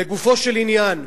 לגופו של עניין,